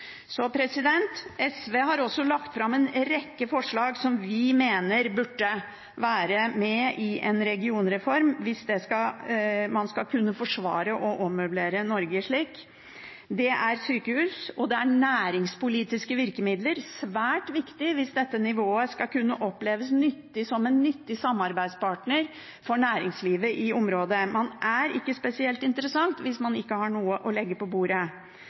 SV har også lagt fram en rekke forslag som vi mener burde være med i en regionreform hvis man skal kunne forsvare å ommøblere Norge slik. Det gjelder sykehus, og det gjelder næringspolitiske virkemidler – svært viktig hvis dette nivået skal kunne oppleves som en nyttig samarbeidspartner for næringslivet i området. Man er ikke spesielt interessant hvis man ikke har noe å legge på bordet.